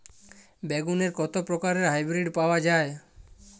বেগুনের কত প্রকারের হাইব্রীড পাওয়া যায়?